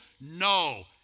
No